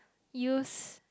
use